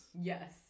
Yes